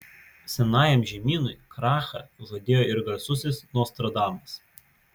senajam žemynui krachą žadėjo ir garsusis nostradamas